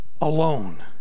alone